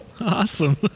Awesome